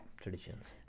traditions